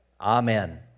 Amen